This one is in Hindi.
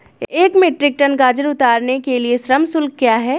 एक मीट्रिक टन गाजर उतारने के लिए श्रम शुल्क क्या है?